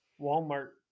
Walmart